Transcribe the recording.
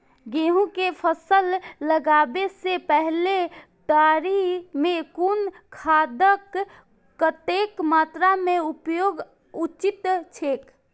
गेहूं के फसल लगाबे से पेहले तरी में कुन खादक कतेक मात्रा में उपयोग उचित छेक?